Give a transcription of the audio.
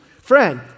Friend